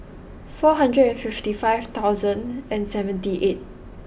four hundred and fifty five thousand and seventy eight